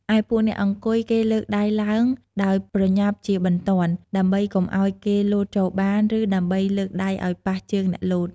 ឯពួកអ្នកអង្គុយគេលើកដៃឡើង ដោយប្រញាប់ជាបន្ទាន់ ដើម្បីកុំឲ្យគេលោតចូលបាន ឬដើម្បីលើកដៃឲ្យប៉ះជើងអ្នកលោត ។